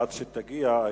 עד שתגיע,